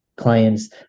clients